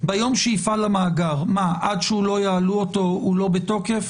ביום שיפעל המאגר, עד שלא יעלו אותו הוא לא בתוקף?